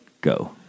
Go